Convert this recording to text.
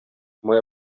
moja